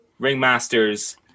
Ringmasters